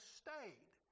stayed